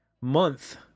month